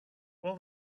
well